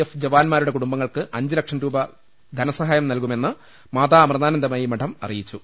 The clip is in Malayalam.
എഫ് ജവാൻമാരുടെ കുടുംബങ്ങൾക്ക് അഞ്ച് ലക്ഷം രൂപ വീതം ധനസഹായം നൽകുമെന്ന് മാതാഅമൃതാനന്ദമയീ മഠം അറിയി ച്ചു